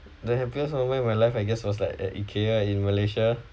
the happiest moment of my life I guess was like uh IKEA in malaysia